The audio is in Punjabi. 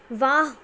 ਵਾਹ